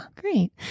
Great